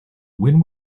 when